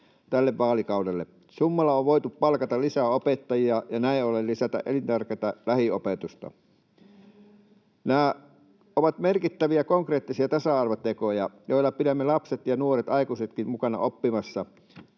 tälle vaalikaudelle. Summalla on voitu palkata lisää opettajia ja näin ollen lisätä elintärkeätä lähiopetusta. Nämä ovat merkittäviä konkreettisia tasa-arvotekoja, joilla pidämme lapset ja nuoret aikuisetkin mukana oppimassa